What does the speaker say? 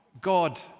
God